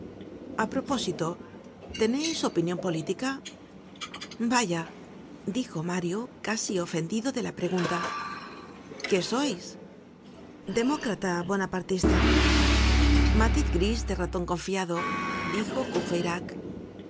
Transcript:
a propósito teneis opinion política vaya dijo mario casi ofendido de la pregunta qué sois demócrata bonapartista matiz gris de raton confiado dijo